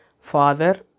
Father